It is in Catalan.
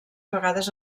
vegades